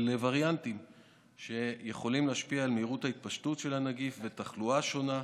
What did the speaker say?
של וריאנטים שיכולים להשפיע על מהירות ההתפשטות של הנגיף ותחלואה שונה,